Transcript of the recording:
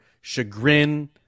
chagrin